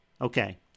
Okay